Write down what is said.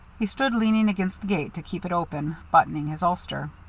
he stood leaning against the gate to keep it open, buttoning his ulster.